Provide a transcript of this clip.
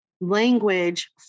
language